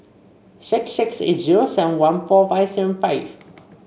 six six eight zero seven one four five seven five